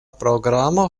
programo